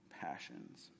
passions